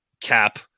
cap